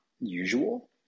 usual